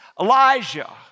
Elijah